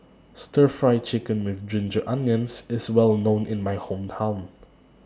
Stir Fry Chicken with Ginger Onions IS Well known in My Hometown